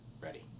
Ready